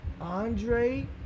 Andre